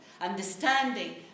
understanding